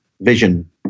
vision